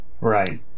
Right